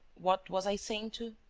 what was i saying to?